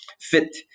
fit